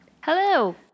Hello